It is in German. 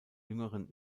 jüngeren